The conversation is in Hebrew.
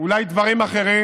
ואולי דברים אחרים.